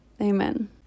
amen